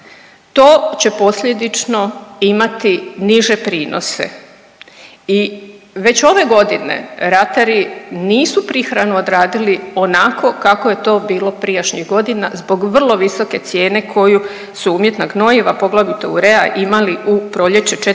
To će posljedično imati niže prinose i već ove godine ratari nisu prihranu odradili onako kako je to bilo prijašnjih godina zbog vrlo visoke cijene koju su umjetna gnojiva poglavito urea imali u proljeće 4